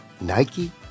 Nike